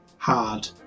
Hard